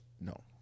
No